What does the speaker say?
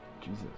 Jesus